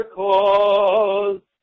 cause